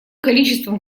количеством